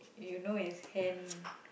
you know it's hand